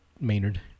Maynard